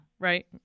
right